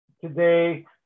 today